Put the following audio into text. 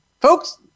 folks